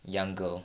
young girl